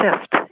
shift